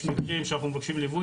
יש מקרים שאנחנו מבקשים ליווי,